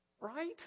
Right